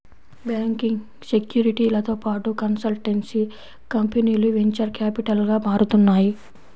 banking, సెక్యూరిటీలతో పాటు consultancy కంపెనీలు వెంచర్ క్యాపిటల్గా మారుతున్నాయి